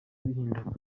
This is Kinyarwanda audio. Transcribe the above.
bihinduka